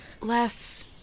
Less